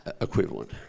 equivalent